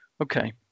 Okay